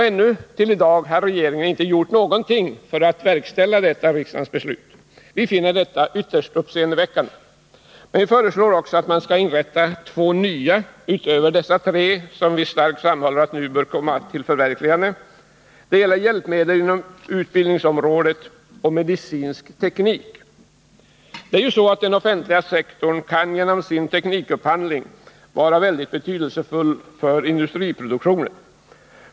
Ännu i dag har regeringen inte gjort någonting för att verkställa riksdagens beslut. Vi finner detta ytterst uppseendeväckande. Vi föreslår också att man skall inrätta två nya utöver dessa tre — som enligt vad vi starkt vill understryka nu bör komma till förverkligande. Det gäller hjälpmedel inom utbildningsområdet och medicinsk teknik. Det är ju så att den offentliga sektorn genom sin teknikupphandling kan vara mycket betydelsefull för industriproduktionen.